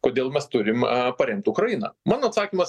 kodėl mes turim paremt ukrainą mano atsakymas